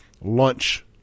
lunch